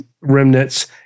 remnants